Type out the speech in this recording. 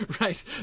Right